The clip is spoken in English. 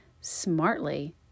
smartly